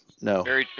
no